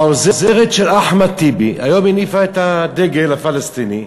העוזרת של אחמד טיבי הניפה היום את הדגל הפלסטיני,